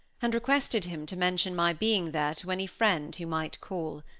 and requested him to mention my being there to any friend who might call.